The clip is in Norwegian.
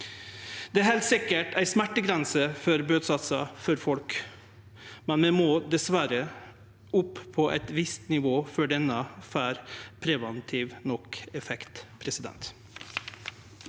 Det er heilt sikkert ei smertegrense for bøtesatsar for folk, men vi må dessverre opp på eit visst nivå før det får preventiv nok effekt. Frank